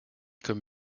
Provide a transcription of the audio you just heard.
comme